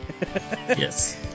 Yes